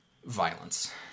Violence